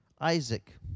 Isaac